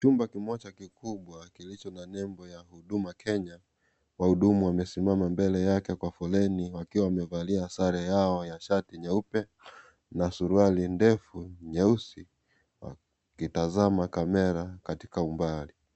Chumba kimoja kikiwa, kilicho na nembo ya huduma Kenya. Wahudumu wamesimama mbele yake kwa foleni wakiwa wamevalia sare yao ya shati nyeupe na suruali ndefu nyeusi wakitazama kamera katika umbali